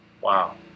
Wow